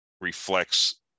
reflects